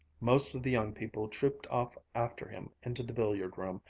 most of the young people trooped off after him into the billiard-room,